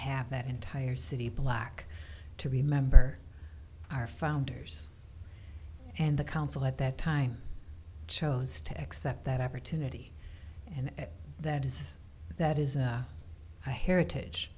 have that entire city block to remember our founders and the council at that time chose to accept that opportunity and that is that is a heritage